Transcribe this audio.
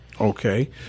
Okay